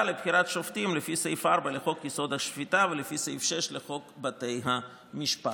לבחירת שופטים לפי סעיף 4 לחוק-יסוד: השפיטה ולפי סעיף 6 לחוק בתי המשפט".